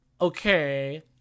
okay